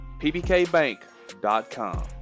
pbkbank.com